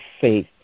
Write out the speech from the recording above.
faith